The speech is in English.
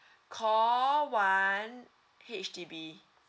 call one H_D_B